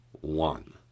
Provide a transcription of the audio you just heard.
one